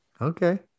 Okay